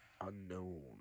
Unknown